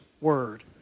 word